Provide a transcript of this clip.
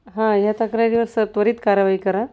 हां ह्या तक्रारीवर सर त्वरित कारवाई करा